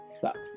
sucks